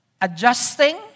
adjusting